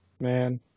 Man